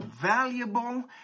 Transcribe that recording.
valuable